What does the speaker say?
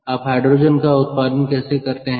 आप हाइड्रोजन का उत्पादन कैसे करते हैं